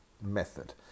method